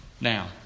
Now